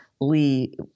Lee